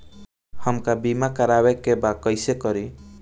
हमका बीमा करावे के बा कईसे करी?